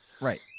right